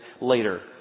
later